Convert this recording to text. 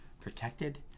protected